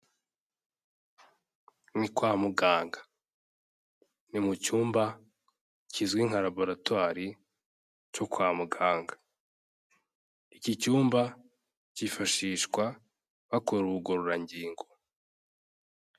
Ni kwa muganga, ni mu cyumba kizwi nka laboratoire cyo kwa muganga, iki cyumba cyifashishwa bakora ubugororangingo.